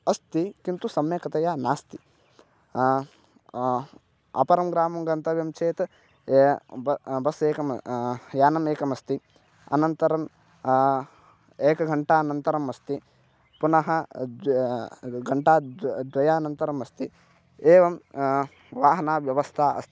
अस्ति किन्तु सम्यक्तया नास्ति अपरः ग्रामः गन्तव्यः चेत् ये ब बस् एकं यानम् एकमस्ति अनन्तरं एकघण्टानन्तरम् अस्ति पुनः द्वि घण्टाद्व द्वयानन्तरम् अस्ति एवं वाहानव्यवस्था अस्ति